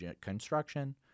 construction